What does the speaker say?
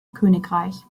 königreich